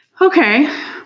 Okay